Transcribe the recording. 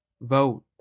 vote